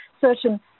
certain